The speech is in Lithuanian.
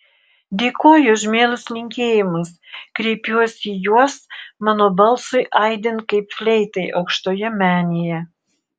dėkoju už mielus linkėjimus kreipiuosi į juos mano balsui aidint kaip fleitai aukštoje menėje